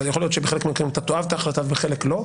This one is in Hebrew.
ויכול להיות שבחלק מהמקרים אתה תאהב את ההחלטה ובחלק לא,